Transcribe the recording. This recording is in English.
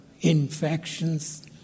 infections